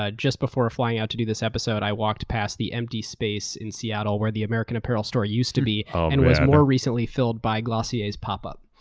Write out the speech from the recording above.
ah just before flying out to do this episode, i walked past the empty space in seattle where the american apparel store used to be, and was more recently filled by glossier's pop-up,